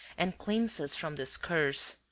and cleanse us from this curse!